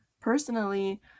Personally